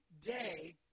day